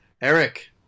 eric